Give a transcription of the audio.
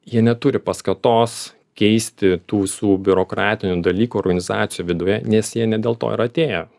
jie neturi paskatos keisti tų visų biurokratinių dalykų organizacijų viduje nes jie ne dėl to ir atėję